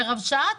ברבש"צ,